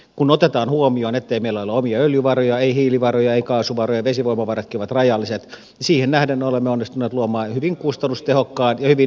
kun otetaan huomioon ettei meillä ole omia öljyvaroja ei hiilivaroja ei kaasuvaroja ja vesivoimavaratkin ovat rajalliset siihen nähden olemme onnistuneet luomaan hyvin kustannustehokkaan ja hyvin diversifioidun järjestelmän